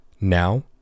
Now